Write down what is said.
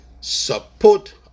support